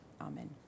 Amen